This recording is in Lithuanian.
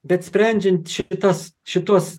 bet sprendžiant šitas šituos